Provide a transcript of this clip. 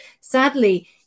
sadly